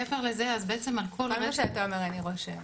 כל מה שאתה אומר אני רושמת.